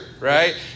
right